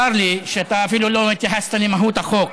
צר לי שאתה אפילו לא התייחסת למהות החוק,